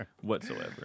whatsoever